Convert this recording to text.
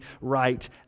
right